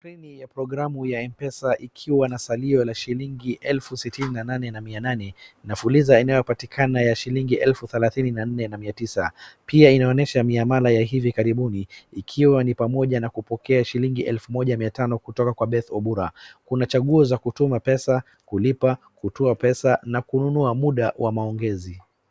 Skrini ya programu ya M-pesa ikiwa na salio la shilingi elfu sitini na nane na mia nane, na fuliza inayopatikana ya shilingi elfu thelathini na nne na mia tisa. Pia inaonyesha miamala ya hivi karibuni, ikiwa ni pamoja na kupokea shilingi elfu moja mia tano kutoka kwa Beth Obura. Kuna chaguo za kutuma pesa, kulipa, kutoa pesa, na kununua muda wa maongezi.